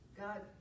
God